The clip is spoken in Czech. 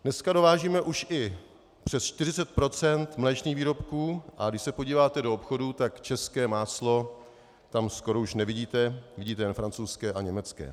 Dneska dovážíme už i přes 40 procent mléčných výrobků, a když se podíváte do obchodů, tak české máslo tam skoro už nevidíte, vidíte jen francouzské a německé.